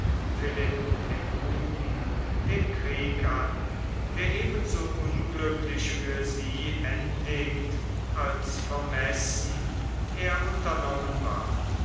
philipp dem guten den krieg an der eben so unglücklich für sie endigt als vermessen er unternommen ward